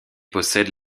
possède